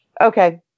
okay